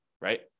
right